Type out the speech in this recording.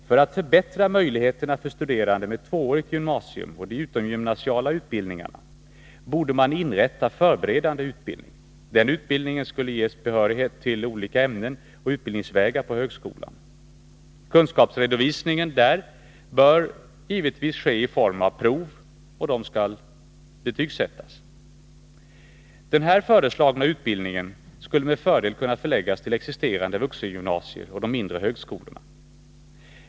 För att förbättra möjligheterna för studerande med tvåårigt gymnasium och de utomgymnasiala utbildningarna borde man inrätta förberedande utbildning. Den utbildningen skulle ge behörighet till olika ämnen och utbildningsvägar på högskolan. Kunskapsredovisningen där bör givetvis ske i form av prov, och de skall betygsättas. Den här föreslagna utbildningen skulle med fördel kunna förläggas till existerande vuxengymnasier och de mindre högskolorna.